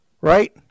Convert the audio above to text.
Right